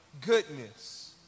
goodness